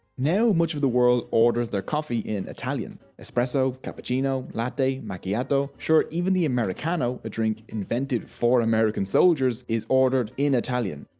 now much of the world orders their coffee in italian, espresso, cappuccino, latte, macchiato, sure even americano, a drink invented for american soldiers, is ordered in italian.